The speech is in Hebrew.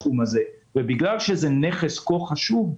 בגלל שזה נכס כה חשוב,